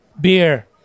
beer